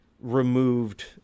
removed